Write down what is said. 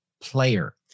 player